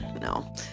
no